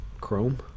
Chrome